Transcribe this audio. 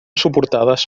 suportades